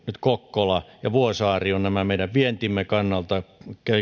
kokkola ja vuosaari ovat nämä meidän vientimme kannalta